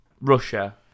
Russia